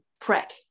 prep